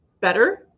better